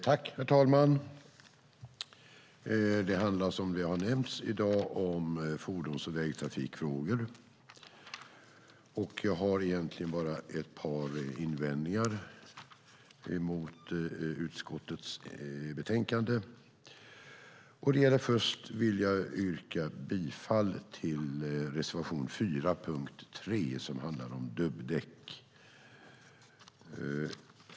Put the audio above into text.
Herr talman! Det handlar nu, som har nämnts, om fordons och vägtrafikfrågor. Jag har egentligen bara ett par invändningar mot utskottets betänkande. Först vill jag yrka bifall till reservation 4, punkt 3 som handlar om dubbdäck.